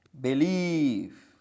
believe